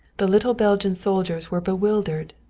the little belgian soldiers were bewildered,